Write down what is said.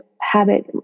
habit